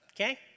Okay